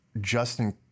Justin